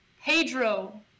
Pedro